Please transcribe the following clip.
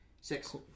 Six